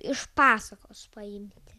iš pasakos paimti